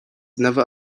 never